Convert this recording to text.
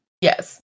Yes